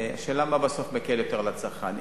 השאלה היא מה בסוף מקל יותר על הצרכן.